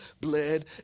bled